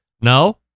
No